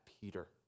Peter